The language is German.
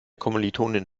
kommilitonin